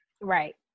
Right